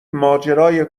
ماجرای